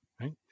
right